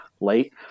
late